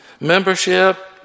Membership